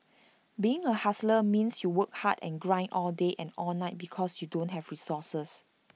being A hustler means you work hard and grind all day and all night because you don't have resources